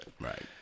right